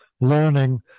learning